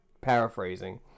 paraphrasing